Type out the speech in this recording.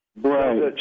Right